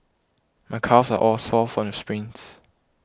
my calves are all sore from the sprints